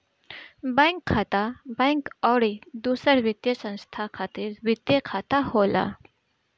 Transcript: bank खाता, bank अउरी दूसर वित्तीय संस्था खातिर वित्तीय खाता होला